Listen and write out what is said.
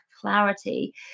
clarity